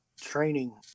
training